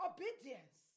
Obedience